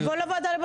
בוודאי.